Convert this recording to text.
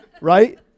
right